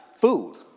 food